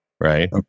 right